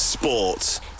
Sports